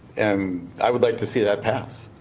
and i would like to see that pass.